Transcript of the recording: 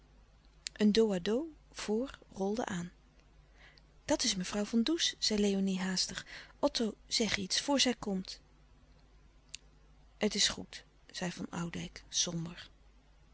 een dos à dos voor rolde aan dat is mevrouw van does zei léonie haastig otto zeg iets voor zij komt het is goed zei van oudijck somber